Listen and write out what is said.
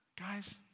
Guys